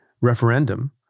referendum